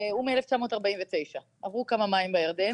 הוא מ-1949 עברו כמה מים בירדן.